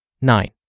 Nine